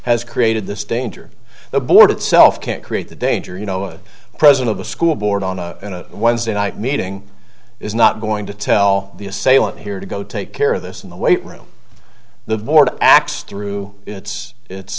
has created this danger the board itself can't create the danger you know a president of the school board on a wednesday night meeting is not going to tell the assailant here to go take care of this in the weight room the board acts through its